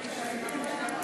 נתקבלו.